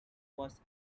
was